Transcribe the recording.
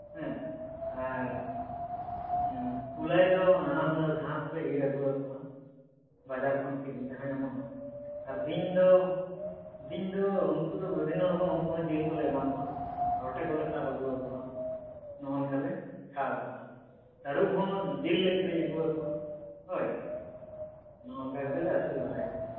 ᱦᱮᱸ ᱟᱨ ᱠᱩᱞᱟᱹᱭ ᱫᱚ ᱱᱟᱱᱟ ᱦᱩᱱᱟᱹᱨ ᱜᱷᱟᱸᱥᱞᱮ ᱤᱨ ᱟᱹᱜᱩᱣᱟᱠᱚᱣᱟ ᱵᱟᱡᱟᱨ ᱠᱷᱚᱱ ᱠᱤᱨᱤᱧ ᱛᱮᱦᱚᱸ ᱧᱟᱢᱚᱜᱼᱟ ᱟᱨ ᱵᱤᱧ ᱫᱚ ᱵᱤᱧ ᱫᱚ ᱩᱱᱠᱩ ᱫᱚ ᱵᱤᱵᱷᱤᱱᱱᱚ ᱨᱚᱠᱚᱢ ᱩᱱᱠᱩ ᱦᱚᱸ ᱡᱤᱞ ᱠᱚᱞᱮ ᱮᱢᱟᱠᱚᱣᱟ ᱨᱚᱴᱮ ᱠᱚᱞᱮ ᱥᱟᱵ ᱟᱹᱜᱩᱣᱟᱠᱚᱣᱟ ᱱᱚᱜᱼᱚ ᱱᱚᱝᱠᱟᱞᱮ ᱠᱷᱟᱣᱟᱣ ᱠᱚᱣᱟ ᱛᱟᱹᱨᱩᱵᱽ ᱦᱚᱸ ᱡᱤᱞ ᱞᱮ ᱠᱤᱨᱤᱧ ᱟᱹᱜᱩᱣᱟᱠᱚᱣᱟ ᱦᱳᱭ ᱱᱚᱜᱼᱚ ᱱᱚᱝᱠᱟ ᱠᱟᱛᱮᱞᱮ ᱟᱹᱥᱩᱞ ᱫᱚᱦᱚᱭᱮᱫ ᱠᱚᱣᱟ